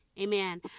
amen